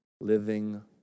living